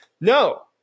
No